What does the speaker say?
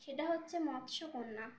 সেটা হচ্ছে মৎস্যকন্যা